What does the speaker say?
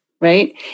right